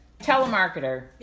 Telemarketer